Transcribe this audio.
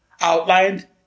outlined